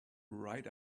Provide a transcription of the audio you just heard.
right